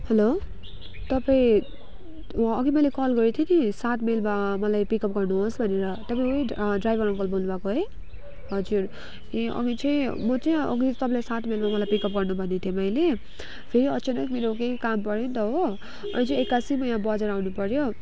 hello तपाईँ अघि मैले कल गरेको थिएँ नि सात माइलमा मलाई पिकअप गर्नुहोस् भनेर तपाईँ उही ड्राइभर अङ्कल बोल्नु भएको है हजुर ए अघि चाहिँ म चाहिँ अघि तपाईँलाई सात माइलमा मलाई पिकअप गर्नु भनेको थिएँ मैले फेरि अचानक मेरो केही काम पऱ्यो नि त हो अहिले चाहिँ एक्कासी म यहाँ बजार आउनु पऱ्यो